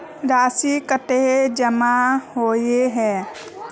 राशि कतेक जमा होय है?